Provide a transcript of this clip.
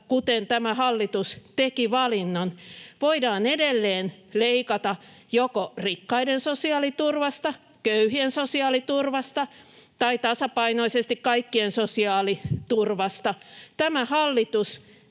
kuten tämä hallitus teki valinnan, voidaan edelleen leikata joko rikkaiden sosiaaliturvasta, köyhien sosiaaliturvasta tai tasapainoisesti kaikkien sosiaaliturvasta. Tämä hallitus